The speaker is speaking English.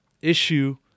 issue